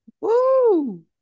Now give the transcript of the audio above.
Woo